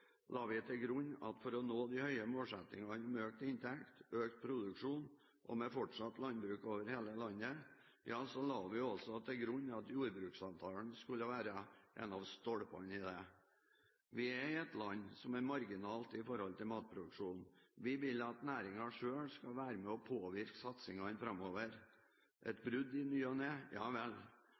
la vi til grunn at for å nå de høye målsettingene om økt inntekt, økt produksjon og fortsatt landbruk over hele landet, ja, så la vi også til grunn at jordbruksavtalen skulle være en av stolpene i dette. Vi er i et land som er marginalt med hensyn til matproduksjon. Vi vil at næringen selv skal være med og påvirke satsingene framover. Et brudd i ny og ne, ja vel,